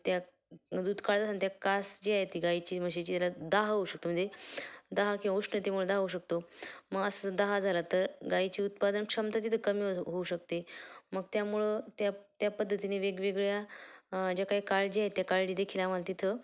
त्या दूध त्या कास जी आहे ती गाईची म्हशीची त्याला दाह होऊ शकतो म्हणजे दाह किंवा उष्णतेमुळे दाह होऊ शकतो मग असं दाह झाला तर गाईची उत्पादन क्षमता तिथं कमी हो होऊ शकते मग त्यामुळं त्या त्या पद्धतीने वेगवेगळ्या ज्या काही काळजी आहेत त्या काळजी देेखील आम्हाला तिथं